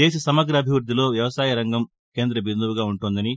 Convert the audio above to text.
దేశ సమగ్రాభివృద్దిలో వ్యవసాయ రంగం కేంద్రం బిందుపుగా ఉంటోందని